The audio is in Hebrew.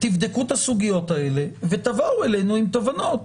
תבדקו את הסוגיות האלה ותבואו אלינו עם תובנות.